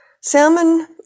Salmon